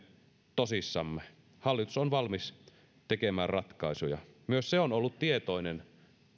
tosissamme hallitus on valmis tekemään ratkaisuja myös se on ollut tietoinen